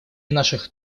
наших